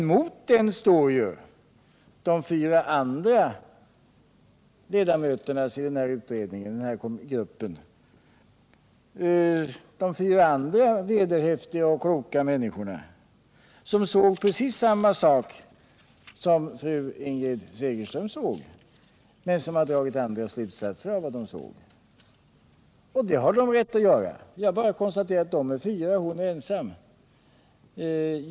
Men mot den står ju uppfattningen hos de fyra andra ledamöterna i den här gruppen — vederhäftiga och kloka människor, som såg precis samma saker som fru Ingrid Segerström men drog andra slutsatser, vilket de har rätt att göra. Jag har bara konstaterat att de är fyra och hon ensam.